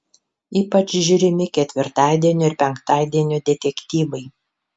ypač žiūrimi ketvirtadienio ir penktadienio detektyvai